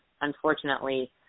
unfortunately